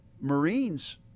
marines